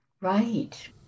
Right